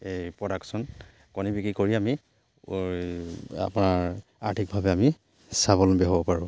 এই প্ৰডাকশ্যন কণী বিক্ৰী কৰি আমি আপোনাৰ আৰ্থিকভাৱে আমি স্বাৱলম্বী হ'ব পাৰোঁ